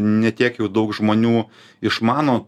ne tiek jau daug žmonių išmano